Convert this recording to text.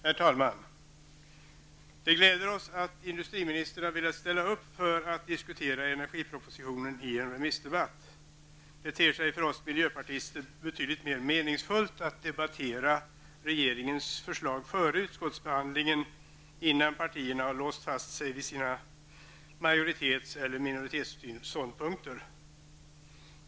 Herr talman! Det gläder oss att industriministern har velat ställa upp för att diskutera energipropositionen i en remissdebatt. Det ter sig för oss miljöpartister betydligt mer meningsfullt att debattera regeringens förslag före utskottsbehandlingen innan partierna har låst fast sig vid sina majoritets eller minoritetsståndpunkter.